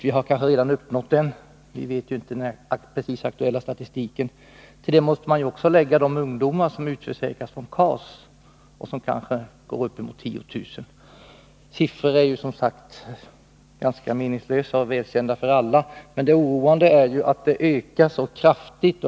Vi kanske redan har uppnått det talet — vi känner ju inte till den aktuella statistiken. Till detta måste vi också lägga de ungdomar som utförsäkras från KAS, som kanske är uppemot 10 000. Siffror är som sagt ganska meningslösa och är välkända för alla, men det oroande är att antalet utförsäkrade ökar så kraftigt.